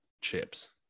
chips